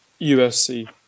USC